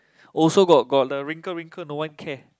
also got got the wrinkle wrinkle no one care